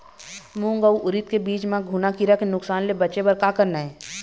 मूंग अउ उरीद के बीज म घुना किरा के नुकसान ले बचे बर का करना ये?